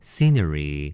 Scenery